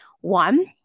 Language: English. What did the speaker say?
one